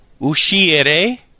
uscire